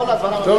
כל הזמן הממשלה,